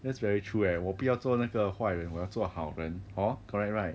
that's very true eh 我不要做那个坏人我要做好人 hor correct right